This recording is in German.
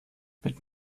mit